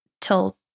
till